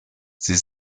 sie